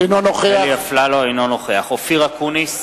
אינו נוכח אופיר אקוניס,